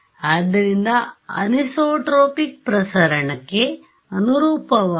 ಆದ್ದರಿಂದ ಅದು ಅನಿಸೊಟ್ರೊಪಿಕ್ ಪ್ರಸರಣಕ್ಕೆ ಅನುರೂಪವಾಗಿದೆ